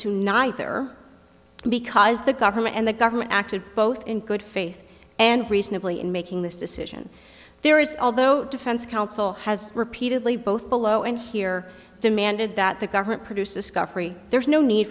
to neither because the government and the government acted both in good faith and reasonably in making this decision there is although defense counsel has repeatedly both below and here demanded that the government produce discovery there's no need